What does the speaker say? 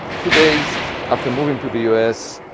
two days after moving to the us,